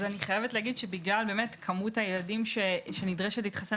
אני חייבת לומר שבגלל כמות הילדים שנדרשת להתחסן